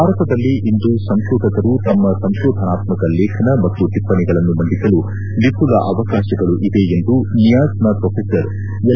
ಭಾರತದಲ್ಲಿ ಇಂದು ಸಂಶೋಧಕರು ತಮ್ಮ ಸಂಶೋಧನಾತ್ಮಕ ಲೇಖನ ಮತ್ತು ಟಿಪ್ಪಣಿಗಳನ್ನು ಮಂಡಿಸಲು ವಿಘುಲ ಅವಕಾಶಗಳು ಇವೆ ಎಂದು ನಿಯಾಸ್ನ ಪ್ರೊಫೆಸರ್ ಎಲ್